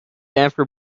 after